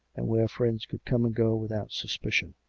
and where friends could come and go without suspi cion.